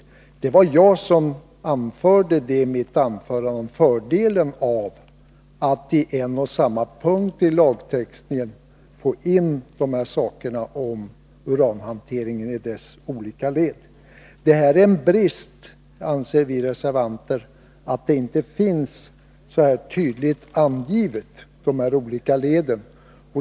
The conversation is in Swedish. Det var jag som i mitt anförande påpekade fördelen av att i en och samma punkt i lagtexten få in detta om uranhantering i dess olika led. Vi reservanter anser att det är en brist att de olika leden inte finns så här tydligt angivna.